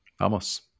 Vamos